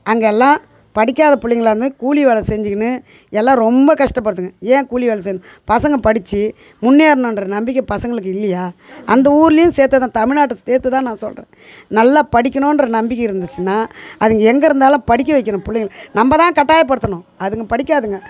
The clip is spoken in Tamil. அங்கே எல்லாம் படிக்காத பிள்ளைங்களாந்து கூலி வேலை செஞ்சிக்குன்னு எல்லாம் ரொம்ப கஷ்டப்படுதுங்க ஏன் கூலி வேலை செய்யணும் பசங்க படிச்சு முன்னேறனும்ன்ற நம்பிக்கை பசங்களுக்கு இல்லையா அந்த ஊர்லையும் சேர்த்துதான் தமிழ்நாட்டை சேர்த்துதான் நான் சொல்கிறேன் நல்லா படிக்கணுன்ற நம்பிக்கை இருந்துச்சுனா அதுங்க எங்கே இருந்தாலும் படிக்க வைக்கணும் புள்ளைங்கள நம்ப தான் கட்டாயப்படுத்தணும் அதுங்க படிக்காதுங்க